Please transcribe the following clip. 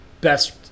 best